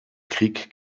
krieg